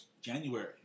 January